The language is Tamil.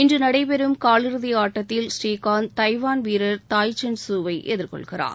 இன்று நடைபெறும் காலிறுதி ஆட்டத்தில் புரீகாந்த் தைவான் வீரர் தாய்சென் சூவை எதிர்கொள்கிறார்